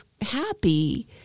happy